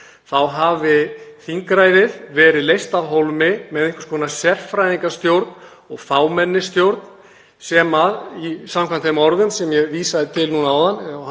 hafi þingræðið verið leyst af hólmi með einhvers konar sérfræðingastjórn og fámennisstjórn sem, samkvæmt þeim orðum sem ég vísaði til áðan